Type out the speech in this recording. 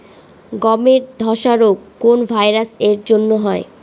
গমের ধসা রোগ কোন ভাইরাস এর জন্য হয়?